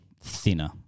thinner